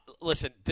Listen